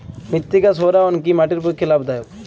মৃত্তিকা সৌরায়ন কি মাটির পক্ষে লাভদায়ক?